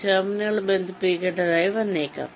ടെർമിനലുകൾ ബന്ധിപ്പിക്കേണ്ടതായി വന്നേക്കാം